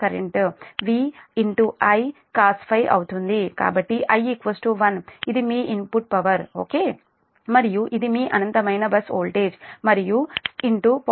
కాబట్టి I 1 ఇది మీ ఇన్పుట్ పవర్ ఓకే మరియు ఇది మీ అనంతమైన బస్ వోల్టేజ్ మరియు 0